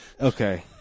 Okay